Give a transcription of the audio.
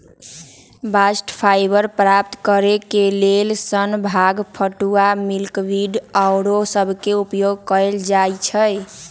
bast fibre प्राप्त करेके लेल सन, भांग, पटूआ, मिल्कवीड आउरो सभके उपयोग कएल जाइ छइ